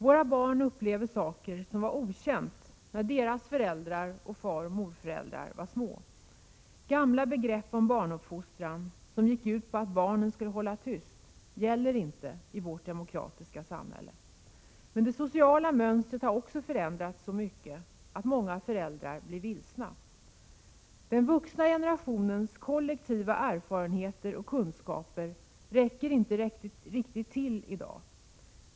Våra barn upplever saker som var okända när deras föräldrar och faroch morföräldrar var små. Gamla begrepp om barnuppfostran, som gick ut på att barnen skulle hålla tyst, gäller inte i vårt demokratiska samhälle. Men det sociala mönstret har också förändrats så mycket att många föräldrar blir vilsna. Den vuxna generationens kollektiva erfarenheter och kunskaper räcker inte till i dag.